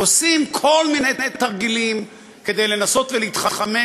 עושים כל מיני תרגילים כדי לנסות להתחמק